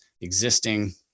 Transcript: existing